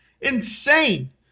insane